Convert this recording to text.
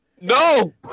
No